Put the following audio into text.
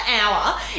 hour